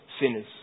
sinners